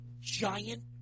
giant